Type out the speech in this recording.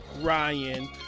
ryan